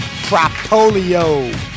Propolio